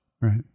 Right